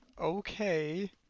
okay